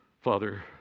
Father